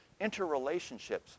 interrelationships